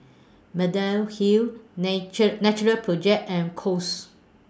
Mediheal Nature Natural Project and Kose